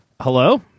Hello